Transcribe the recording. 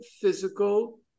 physical